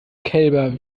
kälber